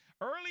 early